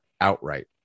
outright